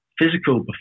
physical